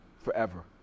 forever